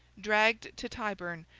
dragged to tyburn,